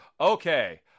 Okay